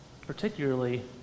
particularly